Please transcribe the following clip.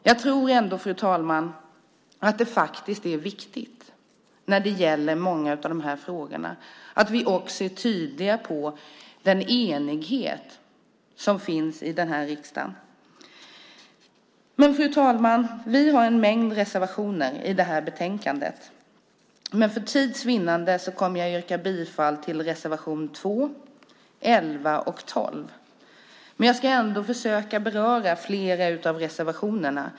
Jag tror att det i många av de här frågorna är viktigt, fru talman, att vi är tydliga om den enighet som ändå finns i den här riksdagen. Fru talman! Vi har en mängd reservationer i det här betänkandet, men för tids vinnande kommer jag att yrka bifall enbart till reservationerna 2, 11 och 12. Jag ska ändå försöka beröra flera av reservationerna.